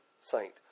saint